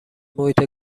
محیط